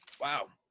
wow